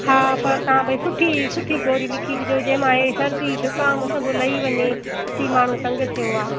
हा पर तव्हां भई सुठी सुठी गोरी लिखी ॾिजो जंहिं मां हीउ सर्दी ज़ुकाम सभु लही वञे सच्ची माण्हू तंग थियो आहे